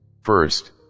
first